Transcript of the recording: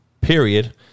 period